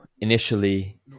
initially